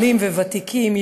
עולים וותיקים,